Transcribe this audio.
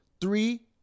Three